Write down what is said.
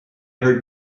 heard